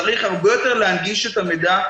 צריך הרבה יותר להנגיש את המידע,